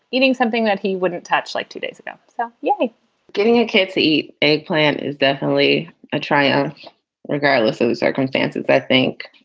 eating something that he wouldn't touch like two days ago so yeah getting a kid to eat eggplant is definitely a triumph regardless of the circumstances, i think.